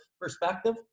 perspective